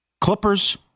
Clippers